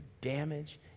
damage